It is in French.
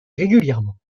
régulièrement